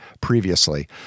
previously